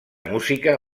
música